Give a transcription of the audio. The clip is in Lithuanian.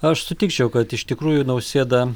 aš sutikčiau kad iš tikrųjų nausėda